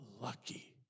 lucky